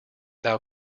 thou